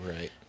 Right